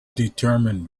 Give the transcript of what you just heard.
determined